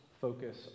focus